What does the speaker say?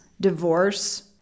divorce